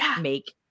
make